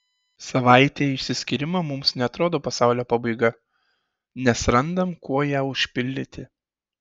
savaitė išsiskyrimo mums neatrodo pasaulio pabaiga nes randam kuo ją užpildyti